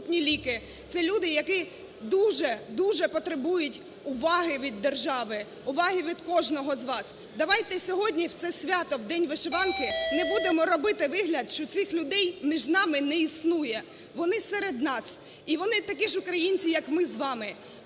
Це люди, які дуже й дуже потребують уваги від держави, уваги від кожного з вас. Давайте сьогодні в це свято, в День вишиванки, не будемо робити вигляд, що цих людей між нами не існує. Вони серед нас і вони такі ж українці, як ми з вами.